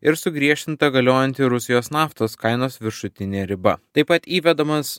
ir sugriežtinta galiojanti rusijos naftos kainos viršutinė riba taip pat įvedamas